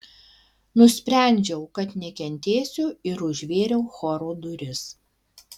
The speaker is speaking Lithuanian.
nusprendžiau kad nekentėsiu ir užvėriau choro duris